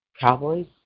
cowboys